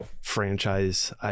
franchise